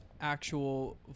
actual